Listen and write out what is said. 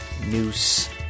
Noose